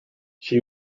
she